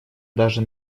даже